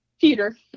Peter